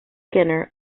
skinner